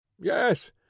yes